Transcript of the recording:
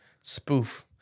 Spoof